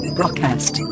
Broadcast